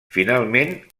finalment